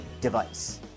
device